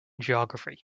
geography